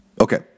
Okay